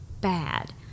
bad